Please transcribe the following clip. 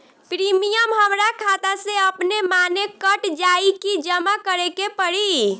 Premium हमरा खाता से अपने माने कट जाई की जमा करे के पड़ी?